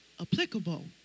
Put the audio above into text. applicable